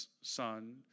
son